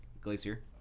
Glacier